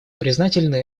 признательны